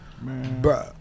Bro